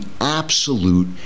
absolute